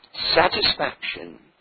Satisfaction